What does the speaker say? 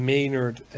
Maynard